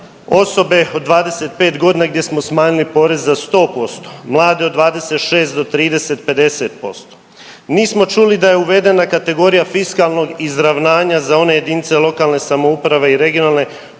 osobe od 25 godina gdje smo smanjili porez za 100%, mlade od 26 do 30 50%. Nismo čuli da je uvedena kategorija fiskalnog izravnanja za one jedinice lokalne samouprave i regionalne